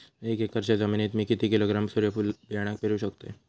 एक एकरच्या जमिनीत मी किती किलोग्रॅम सूर्यफुलचा बियाणा पेरु शकतय?